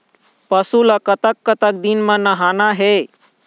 पशु ला कतक कतक दिन म नहाना हे?